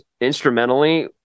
instrumentally